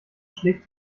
schlägt